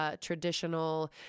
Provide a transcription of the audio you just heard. traditional